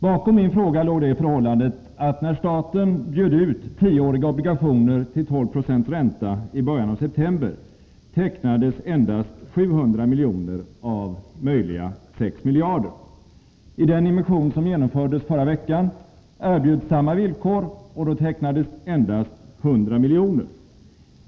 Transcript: Bakom min fråga låg det förhållandet att när staten bjöd ut tioåriga obligationer till 12 92 ränta i början av september, så tecknades endast 700 miljoner av möjliga 6 miljarder. I den emission som genomfördes förra veckan erbjöds samma villkor, och då tecknades endast 100 miljoner.